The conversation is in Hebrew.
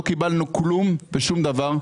לא קיבלנו כלום ושום דבר.